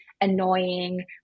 annoying